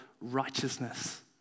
righteousness